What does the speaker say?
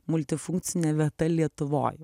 multifunkcinė vieta lietuvoj